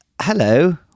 Hello